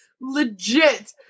legit